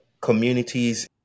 Communities